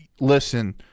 listen